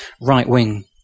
right-wing